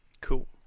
cool